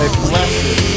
blessed